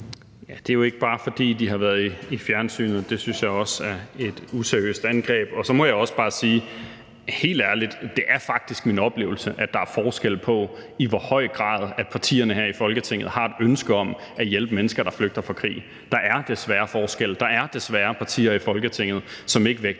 Det er jo ikke, bare fordi de har været i fjernsynet. Det synes jeg også er et useriøst angreb. Og så må jeg også bare sige helt ærligt: Det er faktisk min oplevelse, at der er forskel på, i hvor høj grad partierne her i Folketinget har et ønske om at hjælpe mennesker, der flygter fra krig. Der er desværre forskel. Der er desværre partier i Folketinget, som ikke vægter